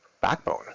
backbone